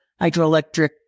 hydroelectric